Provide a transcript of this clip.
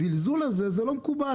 הזלזול הזה, זה לא מקובל.